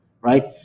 right